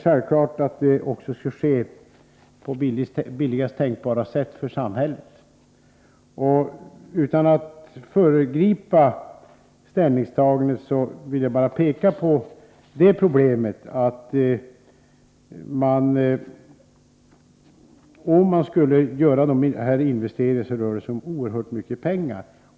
Självklart är emellertid också att det skall ske på för samhället billigaste tänkbara sätt. Utan att föregripa ställningstagandet vill jag bara peka på det problemet, att om man skulle göra de här investeringarna blir det fråga om oerhört mycket pengar.